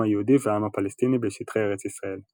היהודי והעם הפלסטיני בשטחי ארץ ישראל.